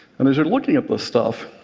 and as you're looking at this stuff,